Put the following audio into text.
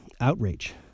outrage